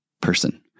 person